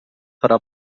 farà